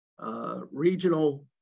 regional